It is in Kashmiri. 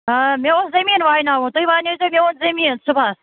آ مےٚ اوس زٔمیٖن وایناوُن تُہۍ واینٲیزیو میون زٔمیٖن صُبحَس